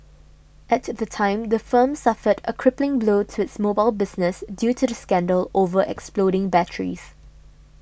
at the time the firm suffered a crippling blow to its mobile business due to the scandal over exploding batteries